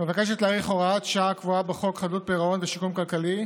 מבקשת להאריך הוראת שעה הקבועה בחוק חדלות פירעון ושיקום כלכלי